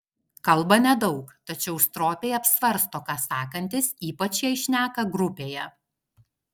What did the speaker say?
kalba nedaug tačiau stropiai apsvarsto ką sakantis ypač jei šneka grupėje